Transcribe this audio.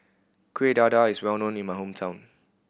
Kuih Dadar is well known in my hometown